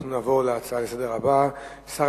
אנחנו נעבור להצעות הבאות לסדר-היום: שר